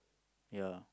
ya